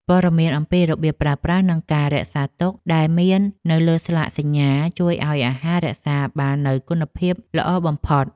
ព័ត៌មានអំពីរបៀបប្រើប្រាស់និងការរក្សាទុកដែលមាននៅលើស្លាកសញ្ញា ជួយឱ្យអាហាររក្សាបាននូវគុណភាពល្អបំផុត។